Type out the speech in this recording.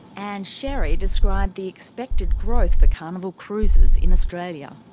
ann sherry described the expected growth for carnival cruises in australia.